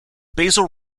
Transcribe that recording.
basil